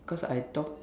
cause I talk